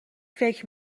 فکر